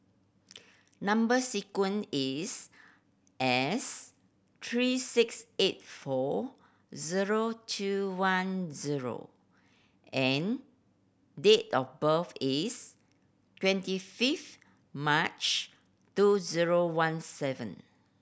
number sequence is S three six eight four zero two one zero and date of birth is twenty fifth March two zero one seven